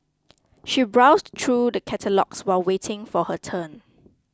she browsed through the catalogues while waiting for her turn